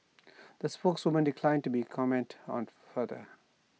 the spokeswoman declined to comment on the further